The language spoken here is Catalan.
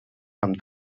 amb